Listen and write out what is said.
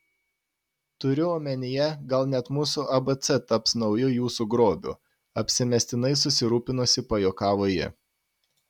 turiu omenyje gal net mūsų abc taps nauju jūsų grobiu apsimestinai susirūpinusi pajuokavo ji